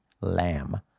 lamb